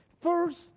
first